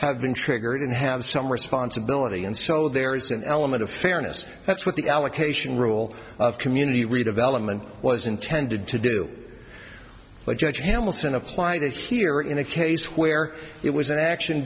have been triggered and have some responsibility and so there is an element of fairness that's what the allocation rule of community redevelopment was intended to do but judge hamilton applied it here in a case where it was an action